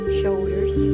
shoulders